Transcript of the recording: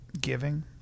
Giving